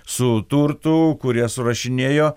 su turtų kurie surašinėjo